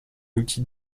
outil